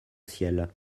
ciel